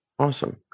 Awesome